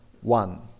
one